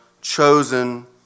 chosen